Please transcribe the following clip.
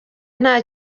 nta